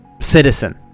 citizen